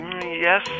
yes